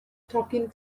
tocyn